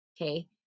Okay